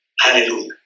Hallelujah